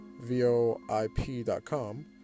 voip.com